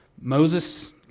Moses